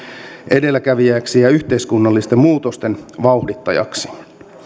edelläkävijäksi ja yhteiskunnallisten muutosten vauhdittajaksi